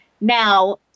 now